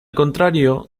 contrario